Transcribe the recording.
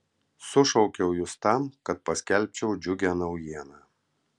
sušaukiau jus tam kad paskelbčiau džiugią naujieną